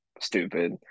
stupid